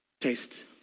Taste